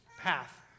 path